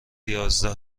یازده